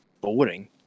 boring